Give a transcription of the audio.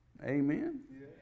Amen